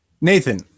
Nathan